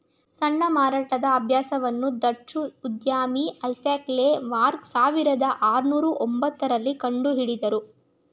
ಸಣ್ಣ ಮಾರಾಟದ ಅಭ್ಯಾಸವನ್ನು ಡಚ್ಚು ಉದ್ಯಮಿ ಐಸಾಕ್ ಲೆ ಮಾರ್ಗ ಸಾವಿರದ ಆರುನೂರು ಒಂಬತ್ತ ರಲ್ಲಿ ಕಂಡುಹಿಡುದ್ರು